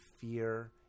fear